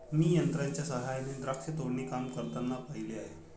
मी यंत्रांच्या सहाय्याने द्राक्ष तोडणी काम करताना पाहिले आहे